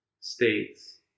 states